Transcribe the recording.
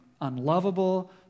unlovable